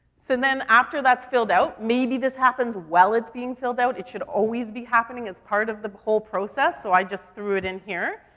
so and then after that's filled out, maybe this happens while it's being filled out, it should always be happening as part of the whole process, so i just threw it in here,